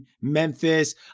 Memphis